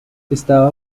estaba